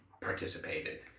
participated